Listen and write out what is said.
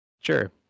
Sure